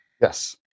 Yes